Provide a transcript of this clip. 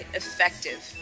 effective